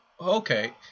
okay